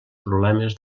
problemes